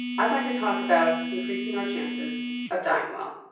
i'd like to talk about increasing our chances of dying well.